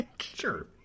Sure